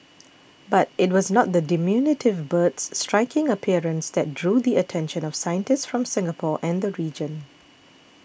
but it was not the diminutive bird's striking appearance that drew the attention of scientists from Singapore and the region